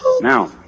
Now